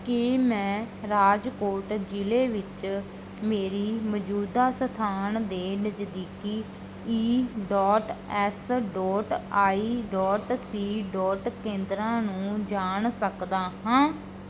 ਕੀ ਮੈਂ ਰਾਜਕੋਟ ਜ਼ਿਲ੍ਹੇ ਵਿੱਚ ਮੇਰੀ ਮੌਜੂਦਾ ਸਥਾਨ ਦੇ ਨਜ਼ਦੀਕੀ E dot S dot I dot C dot ਕੇਂਦਰਾਂ ਨੂੰ ਜਾਣ ਸਕਦਾ ਹਾਂ